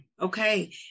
Okay